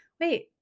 wait